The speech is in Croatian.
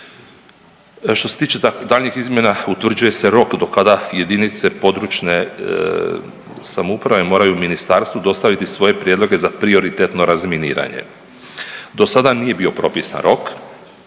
Što se tiče daljnjih izmjena utvrđuje se rok do kada jedinice područne samouprave moraju ministarstvu dostaviti svoje prijedloge za prioritetno razminiranje. Dosada nije bio propisan rok,